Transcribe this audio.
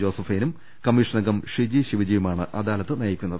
ജോസഫൈനും കമ്മീഷനംഗം ഷിജി ശിവ ജിയുമാണ് അദാലത്ത് നയിക്കുന്നത്